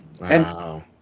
Wow